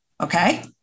okay